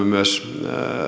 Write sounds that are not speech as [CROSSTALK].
[UNINTELLIGIBLE] myös